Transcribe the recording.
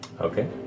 Okay